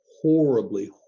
horribly